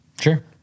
Sure